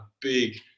big